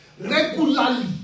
regularly